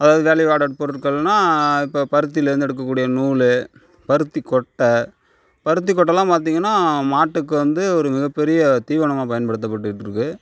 அதாவது value added பொருட்கள்ன்னா இப்போது பருத்தியிலேருந்து எடுக்க கூடிய நூல் பருத்தி கொட்டை பருத்தி கொட்டைலாம் பார்த்திங்கன்னா மாட்டுக்கு வந்து ஒரு மிக பெரிய தீவனமாக பயன்படுத்தபட்டிருக்கு